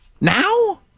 now